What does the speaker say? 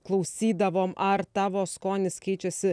klausydavom ar tavo skonis keičiasi